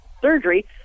surgery